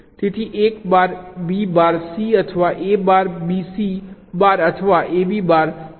તેથી A bar B bar C અથવા A bar B C bar અથવા A B bar C bar અથવા A B C છે